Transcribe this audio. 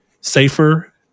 safer